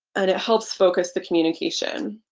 and it helps focus the communication.